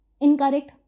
incorrect